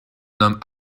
nomme